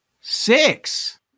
Six